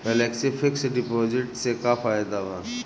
Flexi fix deposit से का फायदा भा?